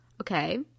Okay